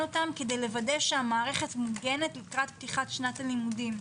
אותם כדי לוודא שהמערכת מוגנת לקראת פתיחת שנת הלימודים.